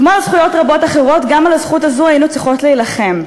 כמו זכויות רבות אחרות גם על הזכות הזאת היינו צריכות להילחם.